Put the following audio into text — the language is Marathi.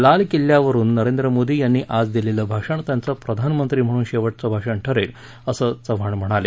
लाल किल्ल्यावरुन नरेंद्र मोदी यांनी आज दिलेलं भाषण त्यांचं प्रधानमंत्री म्हणून शेवटचं भाषण ठरेल असं चव्हाण म्हणाले